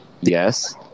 Yes